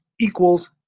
equals